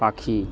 পাখি